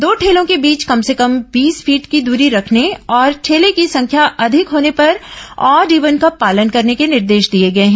दो ठेलों के बीच कम से कम बीस फीट की दरी रखने और ठेले की संख्या अधिक होने पर ऑड ईवन का पालन करने के निर्देश दिए गए हैं